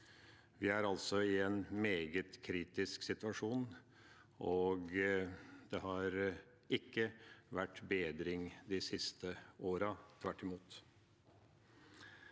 Vi er altså i en meget kritisk situasjon, og det har ikke vært bedring de siste årene – tvert imot.